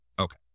Okay